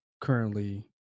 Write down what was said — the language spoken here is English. currently